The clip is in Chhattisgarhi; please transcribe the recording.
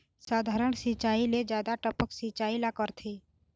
साधारण सिचायी ले जादा टपक सिचायी ला करथे